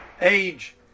age